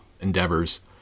endeavors